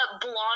blonde